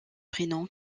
prénom